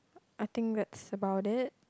I think that's about it